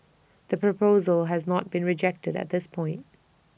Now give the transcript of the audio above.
the proposal has not been rejected at this point